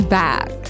back